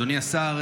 אדוני השר,